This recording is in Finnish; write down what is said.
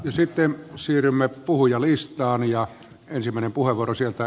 ja sitten siirrymme puhujalistaan ja ajat ovat vaikeita